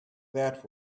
that